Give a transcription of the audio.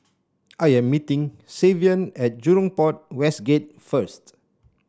I am meeting Savion at Jurong Port West Gate first